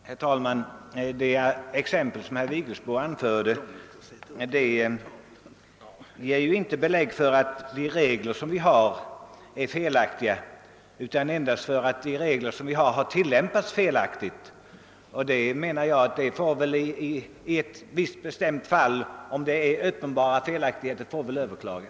Herr talman! Det exempel som herr Vigelsbo anförde ger inte belägg för att reglerna är felaktiga utan endast att de möjligen har tillämpats felaktigt. Om uppenbara felaktigheter förekommit i ett visst bestämt fall bör man överklaga.